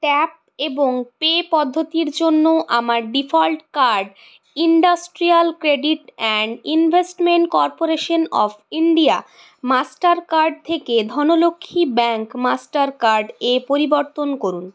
tap এবং pay পদ্ধতির জন্য আমার default card industrial credit and investment corporation of India Mastercard থেকে ধনলক্ষ্মী ব্যাঙ্ক মাস্টার কার্ড এ পরিবর্তন করুন